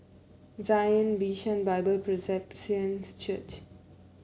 Zion Bishan Bible Presbyterian Church